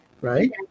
right